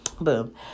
Boom